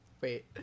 Wait